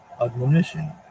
admonition